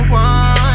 one